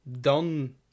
done